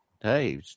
Hey